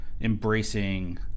embracing